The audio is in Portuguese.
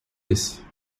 esse